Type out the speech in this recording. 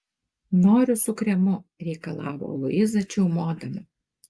noriu su kremu reikalavo luiza čiaumodama